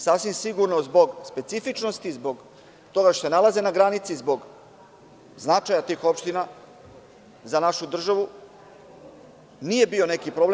Sasvim sigurno, zbog specifičnosti, zbog toga što se nalaze na granici, zbog značaja tih opština za našu državu, nije bio neki problem.